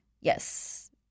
Yes